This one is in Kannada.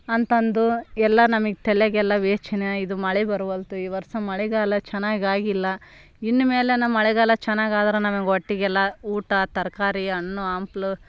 ಅಂತಂದು ಎಲ್ಲ ನಮಗೆ ತಲೆಯಾಗೆಲ್ಲ ಯೋಚನೆ ಇದು ಮಳೆ ಬರವಲ್ತು ಈ ವರ್ಷ ಮಳೆಗಾಲ ಚೆನ್ನಾಗಾಗಿಲ್ಲ ಇನ್ನು ಮೇಲಾರು ಮಳೆಗಾಲ ಚೆನ್ನಾಗಾದ್ರೆ ನಮಗೆ ಹೊಟ್ಟೆಗೆಲ್ಲ ಊಟ ತರಕಾರಿ ಹಣ್ಣು ಹಂಪಲು